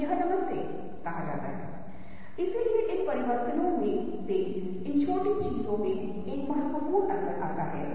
तो ये समानताएं हमें बताती हैं कि रंगों के माध्यम से हम बहुत प्रभावी तरीके से संवाद करते हैं